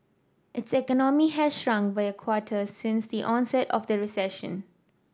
its economy has shrunk by a quarter since the onset of the recession